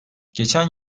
geçen